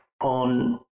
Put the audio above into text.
on